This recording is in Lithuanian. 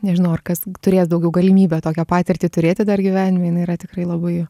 nežinau ar kas turės daugiau galimybę tokią patirtį turėti dar gyvenime jinai yra tikrai labai